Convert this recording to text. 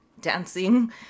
dancing